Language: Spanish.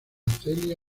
celia